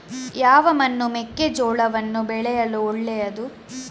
ಯಾವ ಮಣ್ಣು ಮೆಕ್ಕೆಜೋಳವನ್ನು ಬೆಳೆಯಲು ಒಳ್ಳೆಯದು?